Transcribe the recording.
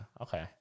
Okay